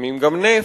לפעמים גם נפט,